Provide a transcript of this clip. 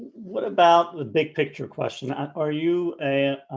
what about the big picture question that are you?